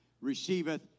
receiveth